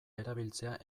erabiltzea